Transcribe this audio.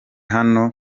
hano